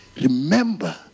remember